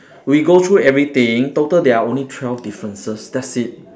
we go through everything total there are only twelve differences that's it